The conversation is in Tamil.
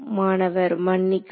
மாணவர் மன்னிக்கவும்